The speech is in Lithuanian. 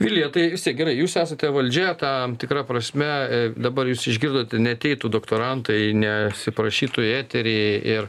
vilija tai gerai jūs esate valdžia tam tikra prasme dabar jūs išgirdot neateitų doktorantai nesiprašytų į eterį ir